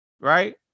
Right